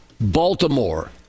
Baltimore